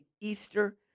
Easter